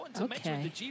Okay